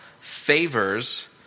favors